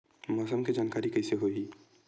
मौसम के जानकारी कइसे होही?